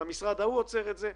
המשרד ההוא עוצר את זה.